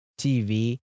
TV